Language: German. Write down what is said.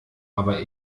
aber